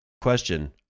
Question